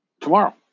tomorrow